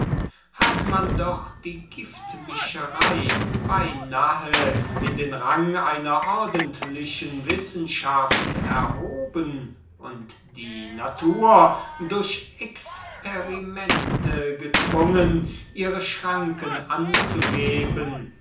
hat man doch die giftmischerey beynahe in den rang einer ordentlichen wissenschaft erhoben und die natur durch experimente gezwungen ihre schranken anzugeben